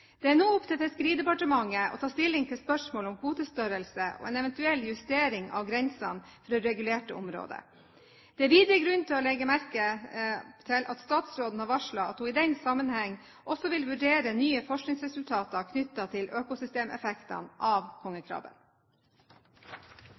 Det er nå opp til Fiskeridepartementet å ta stilling til spørsmålet om kvotestørrelse og en eventuell justering av grensene for det regulerte området. Det er videre grunn til å legge merke til at statsråden har varslet at hun i den sammenheng også vil vurdere nye forskningsresultater knyttet til økosystemeffektene av